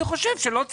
אני חושב שלא צריך.